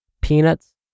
peanuts